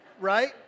right